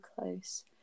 close